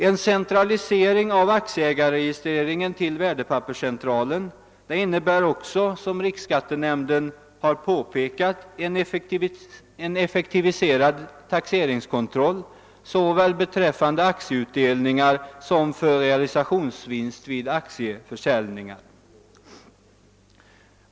En centralisering av aktieägarregistreringen till värdepapperscentralen innebär också, som riksskattenämnden har påpekat, en effektiviserad taxeringskontroll beträffande såväl aktieutdelningar som realisationsvinst vid aktieförsäljning.